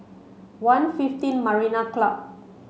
one fifteen Marina Club